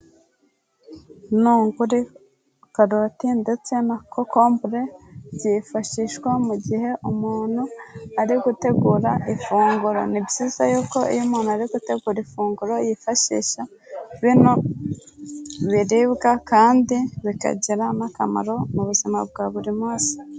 Intungure, karoti, ndetse na cocombre byifashishwa mu gihe umuntu ari gutegura ifunguro. Ni byiza yuko iyo umuntu ari gutegura ifunguro yifashisha bino biribwa kandi bikagira n'akamaro mu buzima bwa buri munsi.